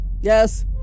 yes